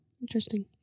Interesting